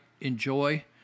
enjoy